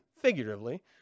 figuratively